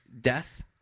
death